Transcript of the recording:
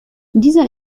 dieser